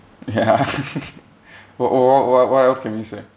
ya wh~ wh~ wh~ wh~ what else can we say